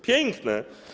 Piękne.